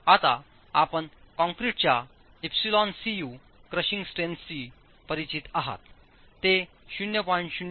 आता आपण कॉंक्रिटच्या εcu क्रशिंग स्ट्रॅन्सशी परिचित आहात ते 0